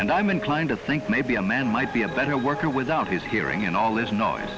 and i'm inclined to think maybe a man might be a better worker without his hearing in all this noise